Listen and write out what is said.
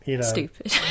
Stupid